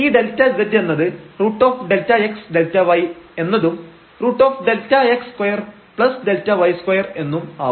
ഈ Δz എന്നത് √ΔxΔy എന്നതും √Δx2Δy2 എന്നും ആവും